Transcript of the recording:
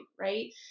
Right